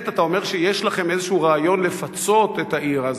אתה אומר שיש לכם איזה רעיון לפצות את העיר.